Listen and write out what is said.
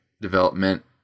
development